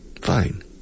Fine